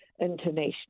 international